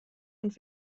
und